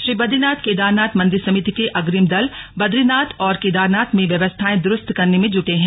श्री बदरीनाथ केदारनाथ मंदिर समिति के अग्रिम दल बदरीनाथ और केदारनाथ में व्यवस्थाएं द्रुस्त करने में जुटे हैं